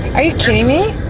are you kidding me?